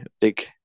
big